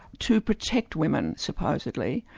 to protect women, supposedly,